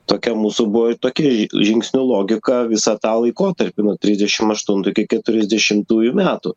tokia mūsų buvo tokia žingsnio logika visą tą laikotarpį nuo trisdešim aštuntų iki keturiasdešimtųjų metų